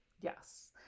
yes